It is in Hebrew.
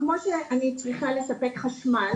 כמו שאני רוצה לספק משל,